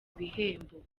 ibihembo